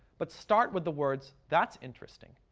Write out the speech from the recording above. but start with the words, that's interesting.